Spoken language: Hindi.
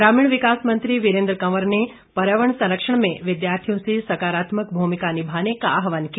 ग्रामीण विकास मंत्री वीरेन्द्र कंवर ने पर्यावरण संरक्षण में विद्यार्थियों से सकारात्मक भूमिका निभाने का आहवान किया